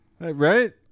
Right